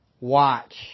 Watch